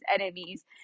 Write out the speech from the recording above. enemies